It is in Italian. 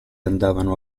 andavano